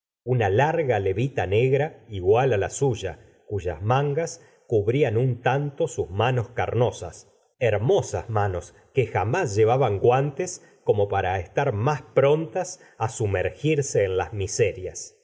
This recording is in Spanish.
una larga levita negra igual á la suya cuyas mangas cubrían un tanto sus manos carnosas hermosas manos que jamás llevala señora de bovary ban guantes como para estar más prontas á sumergirse en las miserias